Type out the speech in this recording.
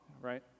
right